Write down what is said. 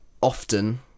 often